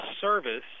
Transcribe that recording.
service